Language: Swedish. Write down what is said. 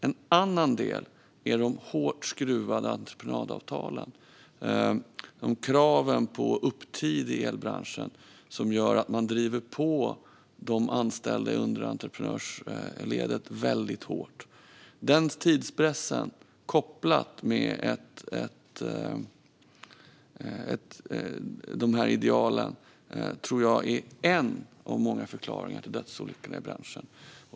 En annan del är de hårt skruvade entreprenadavtalen och kraven på upptid i elbranschen som gör att man driver på de anställda i underentreprenörsledet väldigt hårt. Den tidspressen kopplad till de här idealen tror jag är en av många förklaringar till dödsolyckorna i branschen.